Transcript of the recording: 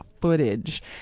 footage